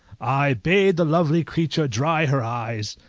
i bade the lovely creature dry her eyes,